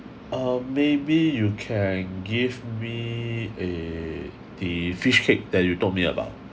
uh maybe you can give me uh the fishcake that you told me about